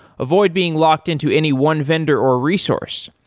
avoid being locked-in to any one vendor or resource.